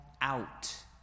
out